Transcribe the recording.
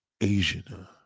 Asian